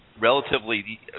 relatively